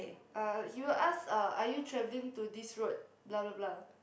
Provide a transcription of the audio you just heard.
uh he will ask uh are you travelling to this road blah blah blah